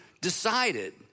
decided